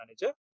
manager